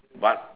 but